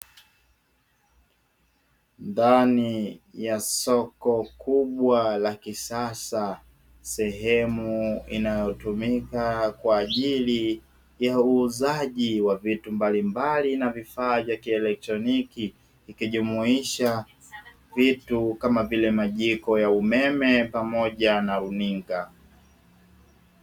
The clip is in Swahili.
Ndani ya soko kubwa la kisasa, sehemu inayotumika kwa ajili ya uuzaji wa vitu mbalimbali na vifaa vya kielektroniki, ikijumuisha vitu kama vile: majiko ya umeme pamoja na runinga.